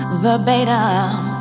verbatim